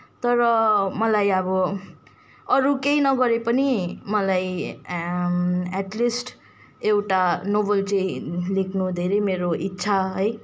तर मलाई अब अरू केही नगरे पनि मलाई एटलिस्ट एउटा नोभल चाहिँ लेख्न धेरै मेरो इच्छा है